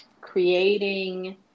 creating